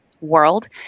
world